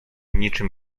niczym